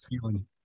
feeling